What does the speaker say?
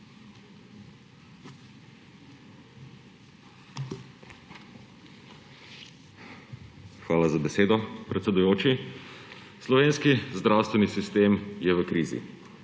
Hvala za besedo, predsedujoči. Slovenski zdravstveni sistem je v krizi.